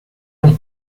los